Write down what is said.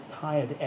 tired